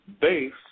base